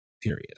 Period